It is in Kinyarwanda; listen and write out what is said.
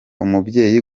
umubyeyi